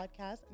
podcast